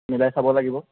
মিলাই চাব লাগিব